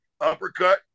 uppercut